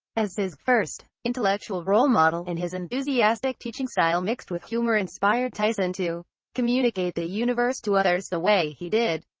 as his first intellectual role model and his enthusiastic teaching style mixed with humor inspired tyson to communicate the universe to others the way he did.